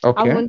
Okay